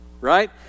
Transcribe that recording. right